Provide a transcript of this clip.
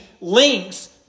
links